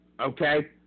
okay